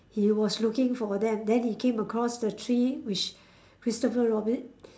he was looking for them then he came across the tree which Christopher Robin